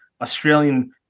Australian